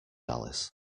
alice